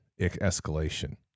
escalation